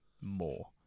more